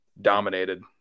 dominated